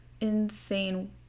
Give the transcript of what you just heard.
insane